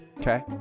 Okay